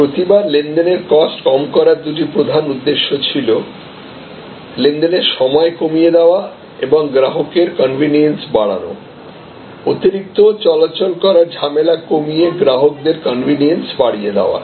প্রতিবার লেনদেনের কস্ট কম করার দুটি প্রধান উদ্দেশ্য ছিল লেনদেনের সময় কমিয়ে দেওয়া এবং গ্রাহকের কনভেনিয়েন্স বাড়ানো অতিরিক্ত চলাচল করার ঝামেলা কমিয়ে গ্রাহকদের কনভেনিয়েন্স বাড়িয়ে দেওয়া